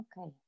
Okay